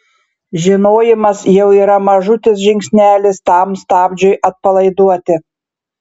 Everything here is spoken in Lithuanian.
žinojimas jau yra mažutis žingsnelis tam stabdžiui atpalaiduoti